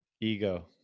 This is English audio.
Ego